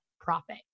profit